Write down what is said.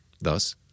Thus